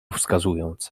wskazując